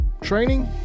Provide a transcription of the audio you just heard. training